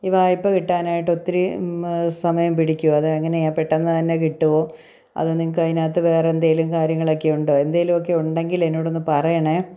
ഈ വായ്പ കിട്ടാനായിട്ടൊത്തിരി സമയം പിടിക്കുമോ അതെങ്ങനെയാ പെട്ടെന്ന് തന്നെ കിട്ടുമോ അത് നിങ്ങള്ക്ക് അതിനകത്ത് വേറെയെന്തേലും കാര്യങ്ങളൊക്കെയുണ്ടോ എന്തേലൊക്കെയുണ്ടെങ്കിലേ എന്നോടൊന്ന് പറയണെ